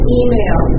email